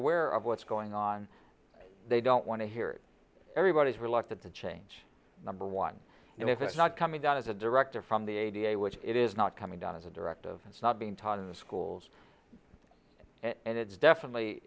aware of what's going on they don't want to hear it everybody's reluctant to change number one if it's not coming down as a director from the a da which it is not coming down as a directive it's not being taught in the schools and it's definitely